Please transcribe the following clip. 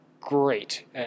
great